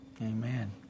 amen